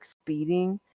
speeding